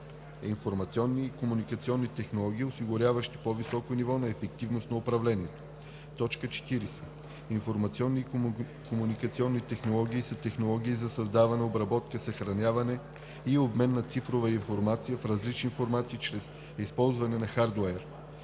информационни и комуникационни технологии, осигуряващи по-високо ниво на ефективност на управлението. 40. „Информационни и комуникационни технологии“ са технологии за създаване, обработка, съхраняване и обмен на цифрова информация в различни формати чрез използване на хардуер.